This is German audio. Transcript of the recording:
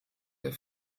der